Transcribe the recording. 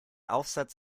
aufsatz